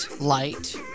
light